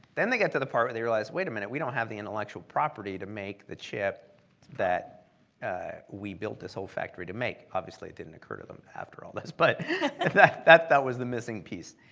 then they get to the part where they realize, wait a minute, we don't have the intellectual property to make the chip that we built this whole factory to make. obviously, it didn't occur to them after all this, but that that was the missing piece.